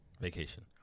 vacation